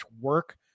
work